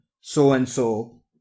so-and-so